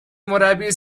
مربی